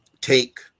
take